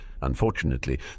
Unfortunately